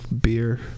beer